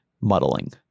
muddling